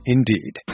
Indeed